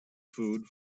food